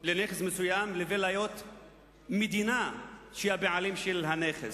של נכס מסוים ובין המדינה שהיא הבעלים של נכס.